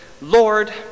Lord